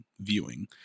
viewing